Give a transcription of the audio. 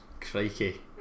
Crikey